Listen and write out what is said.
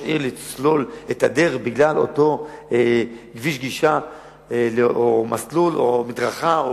עיר לסלול את הדרך בגלל אותו כביש גישה או מסלול או מדרכה,